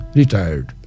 retired